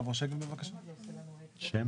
(מוקרנת מצגת) בחודשים